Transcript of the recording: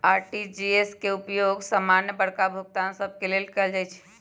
RTGS के उपयोग समान्य बड़का भुगतान सभ के लेल कएल जाइ छइ